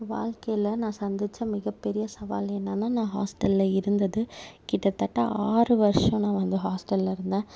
வாழ்க்கையில் நான் சந்தித்த மிகப்பெரிய சவால் என்னன்னா நான் ஹாஸ்டல்ல இருந்தது கிட்டத்தட்ட ஆறு வருடம் நான் வந்து ஹாஸ்டல்ல இருந்தேன்